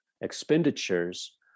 expenditures